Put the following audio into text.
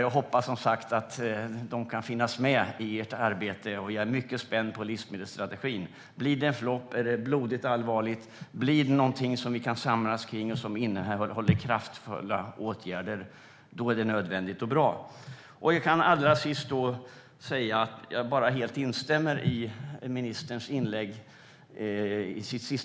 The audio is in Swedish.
Jag hoppas som sagt att de kan finnas med i ert arbete, och jag är mycket spänd på livsmedelsstrategin. Blir det en flopp eller blodigt allvar? Blir det någonting som vi kan samlas runt och som innehåller kraftfulla åtgärder? Det skulle vara nödvändigt och bra. Jag instämmer helt i ministerns senaste